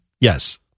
yes